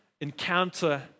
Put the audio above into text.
encounter